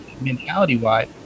mentality-wise